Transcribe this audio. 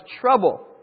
trouble